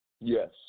Yes